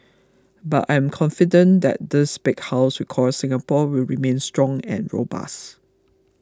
but I am confident that this big house we call Singapore will remain strong and robust